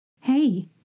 hey